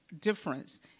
difference